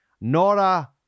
Nora